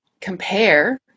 compare